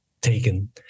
taken